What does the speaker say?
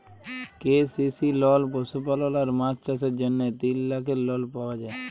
KCC লল পশুপালল আর মাছ চাষের জ্যনহে তিল লাখের লল পাউয়া যায়